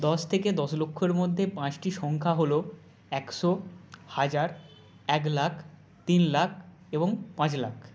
দশ থেকে দশ লক্ষের মধ্যে পাঁচটি সংখ্যা হলো একশো হাজার এক লাখ তিন লাখ এবং পাঁচ লাখ